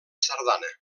sardana